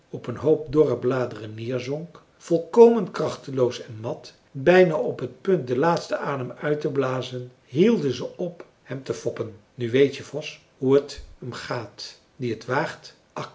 op een hoop dorre bladen neerzonk volkomen krachteloos en mat bijna op t punt den laatsten adem uit te blazen hielden ze op hem te foppen nu weet je vos hoe t hem gaat die het waagt